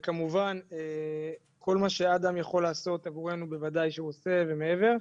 וכמובן כל מה שאדם יכול לעשות עבורנו בוודאי שהוא עושה ומעבר,